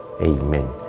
Amen